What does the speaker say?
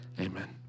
amen